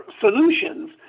solutions